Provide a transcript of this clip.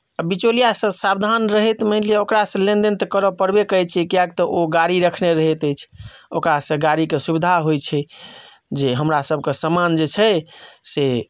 आ बिचौलिआसँ सावधान रहैत मानि लिअ ओकरासँ लेनदेन तऽ करय पड़बे करैत छै कियेक तऽ ओ गाड़ी रखने रहैत अछि ओकरासँ गाड़ीके सुविधा होइत छै जे हमरासभके सामान जे छै से